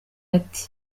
ati